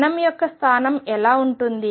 కణం యొక్క స్థానం ఎలా ఉంటుంది